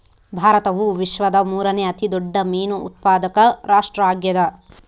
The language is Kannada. ಭಾರತವು ವಿಶ್ವದ ಮೂರನೇ ಅತಿ ದೊಡ್ಡ ಮೇನು ಉತ್ಪಾದಕ ರಾಷ್ಟ್ರ ಆಗ್ಯದ